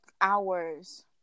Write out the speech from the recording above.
hours